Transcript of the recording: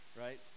Right